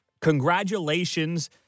Congratulations